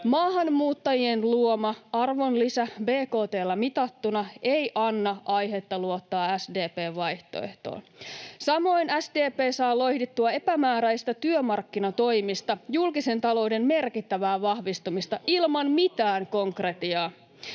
Maahanmuuttajien luoma arvonlisä bkt:llä mitattuna ei anna aihetta luottaa SDP:n vaihtoehtoon. Samoin SDP saa loihdittua epämääräisistä työmarkkinatoimista julkisen talouden merkittävää vahvistumista ilman mitään konkretiaa.